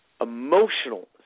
emotional